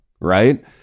right